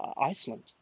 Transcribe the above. iceland